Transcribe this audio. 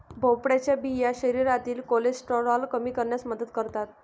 भोपळ्याच्या बिया शरीरातील कोलेस्टेरॉल कमी करण्यास मदत करतात